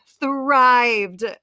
thrived